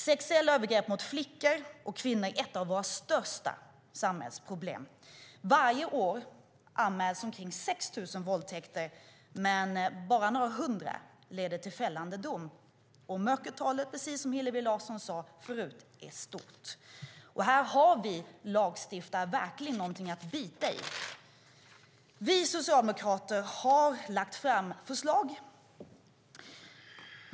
Sexuella övergrepp mot flickor och kvinnor är ett av våra största samhällsproblem. Varje år anmäls omkring 6 000 våldtäkter, men bara några hundra leder till fällande dom, och mörkertalet är, precis som Hillevi Larsson sade förut, stort. Här har vi lagstiftare verkligen någonting att bita i. Vi socialdemokrater har lagt fram förslag.